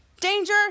Danger